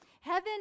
Heaven